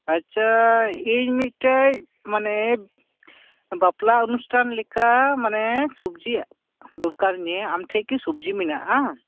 ᱟᱪᱪᱷᱟ ᱤᱧ ᱢᱤᱫ ᱴᱮᱡ ᱢᱟᱱᱮ ᱵᱟᱯᱞᱟ ᱚᱱᱩᱥᱴᱷᱟᱱ ᱞᱮᱠᱟ ᱢᱟᱱᱮ ᱥᱩᱵᱽᱡᱤ ᱫᱚᱨᱠᱟᱨ ᱟᱹᱧᱟᱹ ᱟᱢ ᱴᱷᱮᱡ ᱠᱤ ᱥᱚᱵᱽᱡᱤ ᱢᱮᱱᱟᱜ ᱟ